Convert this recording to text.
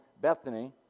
Bethany